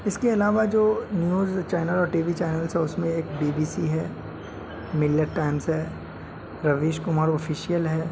اس کے علاوہ جو نیوز چینل اور ٹی وی چینلس اور اس میں ایک بی بی سی ہے ملت ٹائمس ہے روش کمار آفیشیل ہے